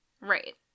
Right